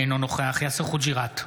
אינו נוכח יאסר חוג'יראת,